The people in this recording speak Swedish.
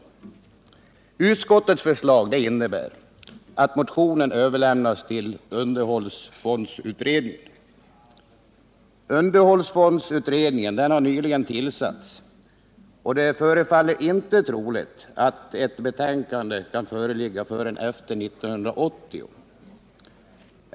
Utskottets förslag innebär att motionen överlämnas till underhållsfondsutredningen. Underhållsfondsutredningen har nyligen tillsatts, och det förefaller inte troligt att ett betänkande kan föreligga förrän efter 1980.